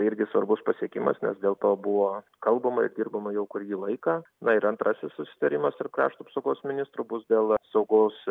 irgi svarbus pasiekimas nes dėl to buvo kalbama ir dirbama jau kurį laiką na ir antrasis susitarimas tarp krašto apsaugos ministrų bus dėl saugaus